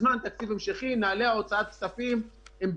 בזמן תקציב המשכי נהלי הוצאת כספים הם,